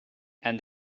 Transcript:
and